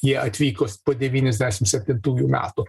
jie atvyko po devyniasdešim septintųjų metų